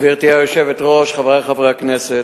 גברתי היושבת-ראש, חברי חברי הכנסת,